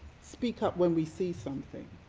speak up when we see something.